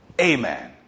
amen